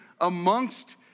amongst